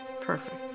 perfect